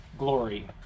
Glory